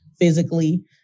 physically